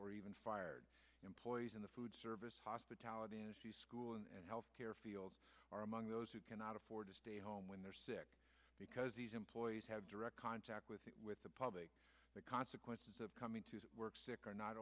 or even fired employees in the food service hospitality school and health care field are among those who cannot afford to stay home when they're sick because these employees have direct contact with with the public the consequences of coming to work sick or not